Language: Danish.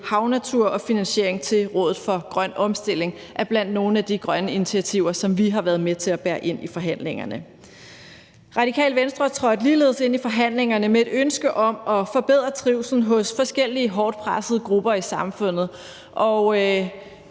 havnatur og finansiering til Rådet for Grøn Omstilling er blandt nogle af de grønne initiativer, som vi har været med til at bære ind i forhandlingerne. Radikale Venstre trådte ligeledes ind i forhandlingerne med et ønske om at forbedre trivslen hos forskellige hårdt pressede grupper i samfundet.